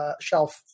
shelf